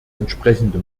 entsprechende